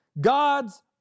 God's